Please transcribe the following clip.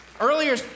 Earlier